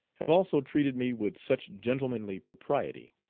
have also treated me with such gentlemanly propriety.